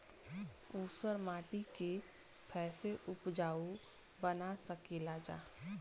ऊसर माटी के फैसे उपजाऊ बना सकेला जा?